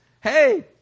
hey